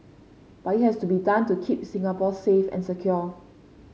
but it has to be done to keep Singapore safe and secure